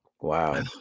wow